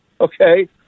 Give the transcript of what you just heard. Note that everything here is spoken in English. okay